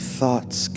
thoughts